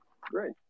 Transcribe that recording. Great